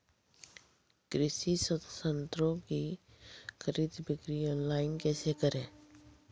कृषि संयंत्रों की खरीद बिक्री ऑनलाइन कैसे करे?